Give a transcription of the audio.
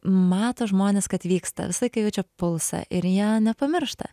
mato žmonės kad vyksta visą laiką jaučia pulsą ir jie nepamiršta